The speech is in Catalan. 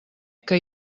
que